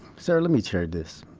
sara, let me share this.